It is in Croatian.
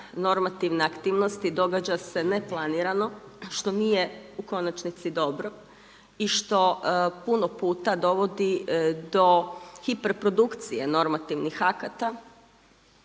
normativne aktivnosti događa se neplanirano što nije u konačnici dobro i što puno puta dovodi do hiperprodukcije normativnih akata.